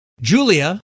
Julia